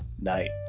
night